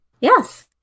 Yes